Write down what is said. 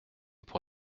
pour